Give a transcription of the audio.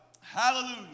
Hallelujah